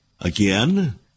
again